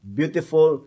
beautiful